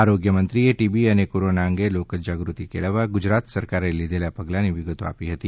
આરોગ્યમંત્રીએ TB અને corona અંગે લોકજાગૃતિ કેળવવા ગુજરાત સરકારે લીઘેલા પગલાની વિગતો આપી હતી